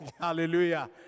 hallelujah